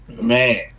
Man